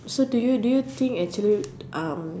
so do you do you think actually um